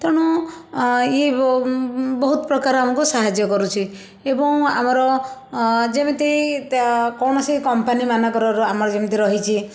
ତେଣୁ ୟେ ବହୁତ ପ୍ରକାର ଆମକୁ ସାହାଯ୍ୟ କରୁଛି ଏବଂ ଆମର ଆ ଯେମିତି ତା କୌଣସି କମ୍ପାନୀ ମାନଙ୍କର ଆମର ଯେମିତି ରହିଛି